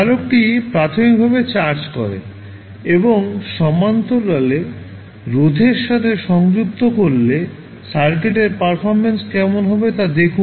ধারক টি প্রাথমিকভাবে চার্জ করে এবং সমান্তরালে রোধের সাথে সংযুক্ত করলে সার্কিটের পারফরম্যান্স কেমন হবে তা দেখুন